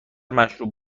مشروب